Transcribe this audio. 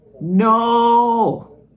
No